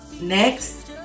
Next